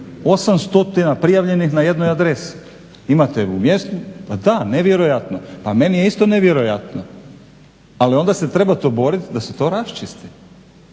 8 stotina prijavljenih na jednoj adresi. Imate u mjestu. Pa da, nevjerojatno! Pa meni je isto nevjerojatno, ali onda se trebate boriti da se to raščisti.